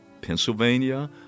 Pennsylvania